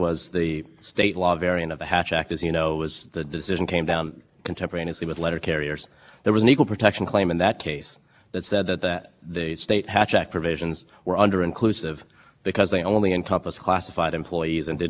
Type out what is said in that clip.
encompass classified employees and didn't encompass unclassified and employees as well and the supreme court just dispensed with that in a footnote and basically said there's this equal protection claim but a the legislature has to have substantial leeway in dealing with it and b it would